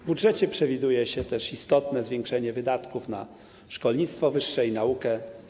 W budżecie przewiduje się też istotne zwiększenie wydatków na szkolnictwo wyższe i naukę.